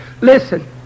Listen